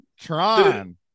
Tron